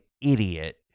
idiot